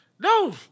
No